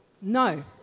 No